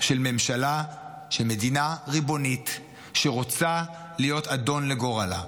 של ממשלה של מדינה ריבונית שרוצה להיות אדון לגורלה.